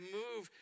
move